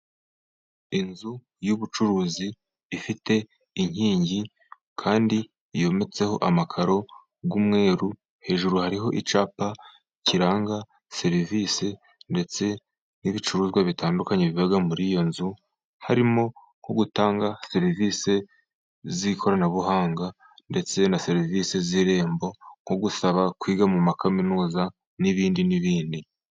Inzu y'ubucuruzi ifite inkingi kandi yometseho amakaro y'umweru, hejuru hariho icyapa kiranga serivisi ndetse n'ibicuruzwa bitandukanye biba muri iyo nzu, harimo nko gutanga serivisi z'ikoranabuhanga ndetse na serivisi z'irembo, nko gusaba kwiga mu makaminuza n'ibindi n'ibindi.